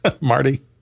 marty